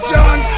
John